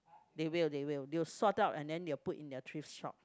they will they will they will sort out and then they will put in their thrift shop